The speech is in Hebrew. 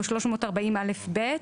או 340א(ב),